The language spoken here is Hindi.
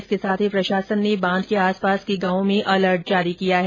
इसके साथ ही प्रशासन ने बांध के आस पास के गांव में अलर्ट जारी कर दिया है